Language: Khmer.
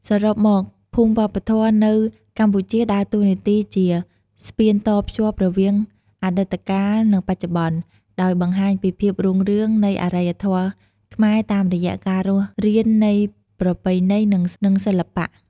សរុបមក ភូមិវប្បធម៌នៅកម្ពុជាដើរតួនាទីជាស្ពានតភ្ជាប់រវាងអតីតកាល និងបច្ចុប្បន្នដោយបង្ហាញពីភាពរុងរឿងនៃអរិយធម៌ខ្មែរតាមរយៈការរស់រាននៃប្រពៃណី និងសិល្បៈ។